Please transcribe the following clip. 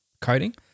coding